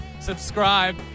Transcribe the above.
subscribe